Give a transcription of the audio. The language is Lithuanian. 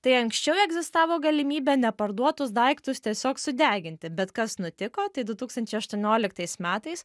tai anksčiau egzistavo galimybė neparduotus daiktus tiesiog sudeginti bet kas nutiko tai du tūkstančiai aštuonioliktais metais